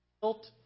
built